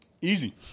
Easy